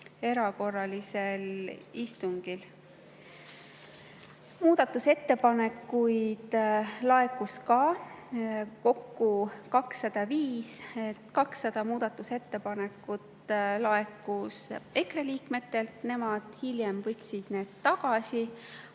erakorralisel istungil. Muudatusettepanekuid laekus ka, kokku 205. 200 muudatusettepanekut laekus EKRE liikmetelt, nemad võtsid need hiljem